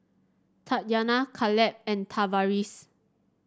Tatyanna Kaleb and Tavaris